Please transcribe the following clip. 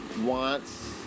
Wants